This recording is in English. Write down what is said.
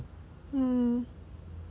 hmm